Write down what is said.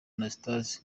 anastase